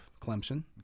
Clemson